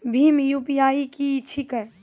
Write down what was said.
भीम UPI की छीके?